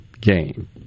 game